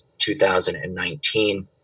2019